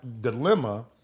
dilemma